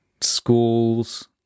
schools